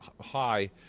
high